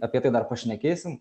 apie tai dar pašnekėsim